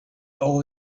all